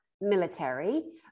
military